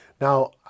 Now